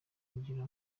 kugira